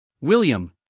William